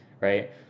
Right